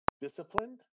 disciplined